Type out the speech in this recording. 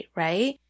right